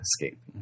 escape